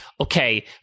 okay